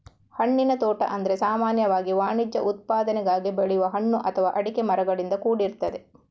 ಹಣ್ಣಿನ ತೋಟ ಅಂದ್ರೆ ಸಾಮಾನ್ಯವಾಗಿ ವಾಣಿಜ್ಯ ಉತ್ಪಾದನೆಗಾಗಿ ಬೆಳೆಯುವ ಹಣ್ಣು ಅಥವಾ ಅಡಿಕೆ ಮರಗಳಿಂದ ಕೂಡಿರ್ತದೆ